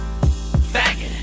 Faggot